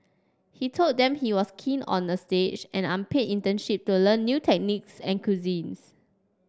he told them he was keen on a stage an unpaid internship to learn new techniques and cuisines